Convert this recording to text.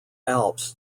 alps